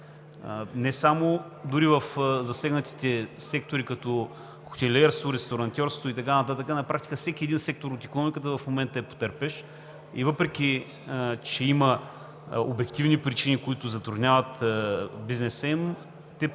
не само в засегнатите сектори, като хотелиерство, ресторантьорство, на практика всеки един сектор от икономиката в момента е потърпевш. И въпреки че има обективни причини, които затрудняват бизнеса им, те са